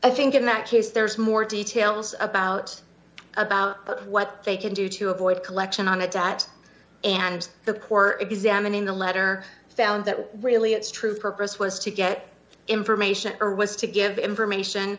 i think in that case there's more details about about what they can do to avoid collection on a diet and the corps examining the letter found that really its true purpose was to get information or was to give information